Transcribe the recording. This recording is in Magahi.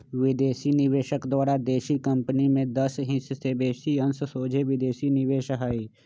विदेशी निवेशक द्वारा देशी कंपनी में दस हिस् से बेशी अंश सोझे विदेशी निवेश हइ